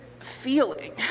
feeling